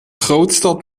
grootstad